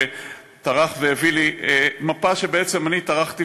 שטרח והביא לי מפה על האיום הגובר,